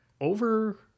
over